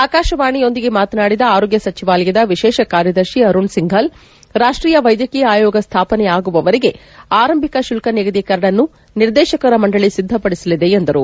ಆಕಾಶವಾಣೆಯೊಂದಿಗೆ ಮಾತನಾಡಿದ ಆರೋಗ್ಡ ಸಚಿವಾಲಯದ ವಿಶೇಷ ಕಾರ್ದದರ್ಶಿ ಅರುಣ್ ಸಿಂಫಾಲ್ ರಾಷ್ಟೀಯ ವೈದ್ವಕೀಯ ಆಯೋಗ ಸ್ಟಾಪನೆ ಆಗುವವರೆಗೆ ಆರಂಭಿಕ ಶುಲ್ತ ನಿಗದಿ ಕರಡನ್ನು ನಿರ್ದೇಶಕರ ಮಂಡಳಿ ಸಿದ್ದಪಡಿಸಲಿದೆ ಎಂದರು